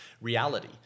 reality